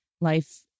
Life